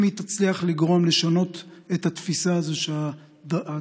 אם היא תצליח לגרום לשנות את התפיסה הזו שתאונות